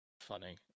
funny